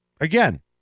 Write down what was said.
again